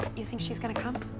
you think she's gonna come?